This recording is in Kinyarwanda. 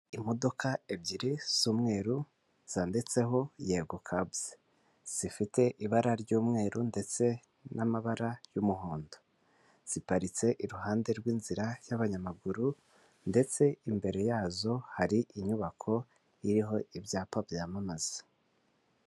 Imodoka ebyiri z'umweru zanditseho yego kabuzi, zifite ibara ry'umweru ndetse n'amabara y'umuhondo, ziparitse iruhande rw'inzira y'abanyamaguru ndetse imbere yazo hari inyubako iriho ibyapa byamamaza.